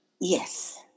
Yes